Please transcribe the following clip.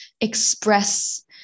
express